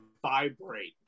vibrate